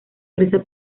presa